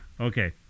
Okay